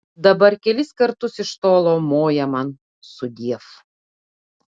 dabar kelis kartus iš tolo moja man sudiev